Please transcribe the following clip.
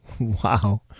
Wow